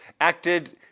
acted